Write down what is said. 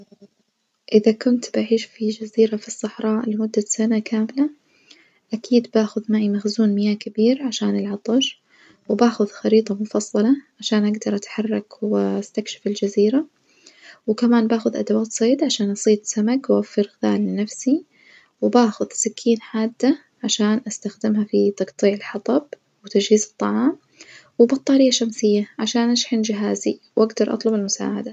إذا كنت بعيش في جزيرة بالصحراء لمدة سنة كاملة أكيد بأخذ معي مخزون مياه كبير عشان العطش، وبأخذ خريطة مفصلة عشان أجدر أتحرك وأستكشف الجزيرة، وكمان بأخذ أدوات صيد عشان أصيد سمك وأوفر غذاء لنفسي، وبأخذ سكين حادة عشا أستخدمها في تجطيع الحطب وتجهيزالطعام، وبطارية شمسية عشان أشحن جهازي وأجدر أطلب المساعدة.